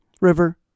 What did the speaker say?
river